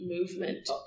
Movement